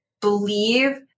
believe